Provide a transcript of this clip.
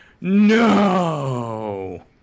No